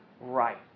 right